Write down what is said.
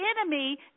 enemy